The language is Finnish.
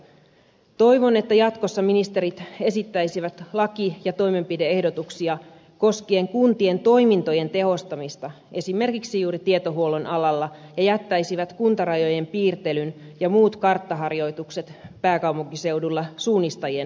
toivon että jatkossa ministerit esittäisivät laki ja toimenpide ehdotuksia koskien kuntien toimintojen tehostamista esimerkiksi juuri tietohuollon alalla ja jättäisivät kuntarajojen piirtelyn ja muut karttaharjoitukset pääkaupunkiseudulla suunnistajien harrastuksiksi